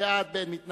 בעד, 27, אין מתנגדים,